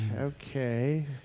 Okay